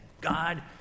god